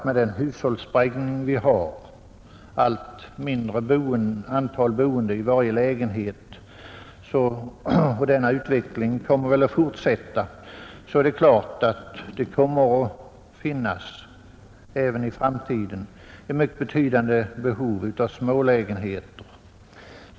Med den hushållssprängning som pågår blir det ett allt mindre antal boende i varje lägenhet, och den utvecklingen kommer troligen att fortsätta, varför det även i framtiden kommer att finnas ett mycket betydande behov av smålägenheter.